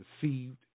deceived